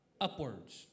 upwards